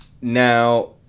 Now